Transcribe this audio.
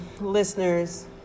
listeners